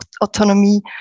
autonomy